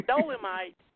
Dolomite